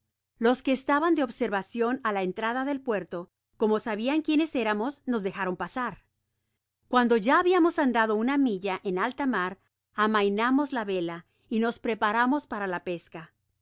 los que estaban de observacion á la entrada del puerto como sabian quiénes éramos nos dejaron pasar cuando ya habiamos andado una milla en alta mar amainamos la vela y nos preparamos para la pesca el